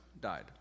died